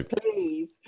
please